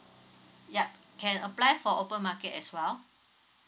yup can apply for open market as well